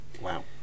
Wow